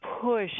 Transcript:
push